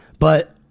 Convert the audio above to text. but,